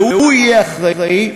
והוא יהיה אחראי,